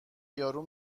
یارو